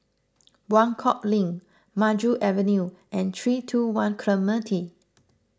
Buangkok Link Maju Avenue and three two one Clementi